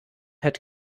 had